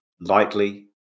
lightly